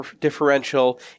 differential